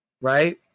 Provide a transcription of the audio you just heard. right